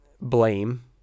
blame